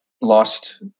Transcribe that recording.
lost